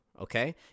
Okay